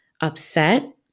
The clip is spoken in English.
upset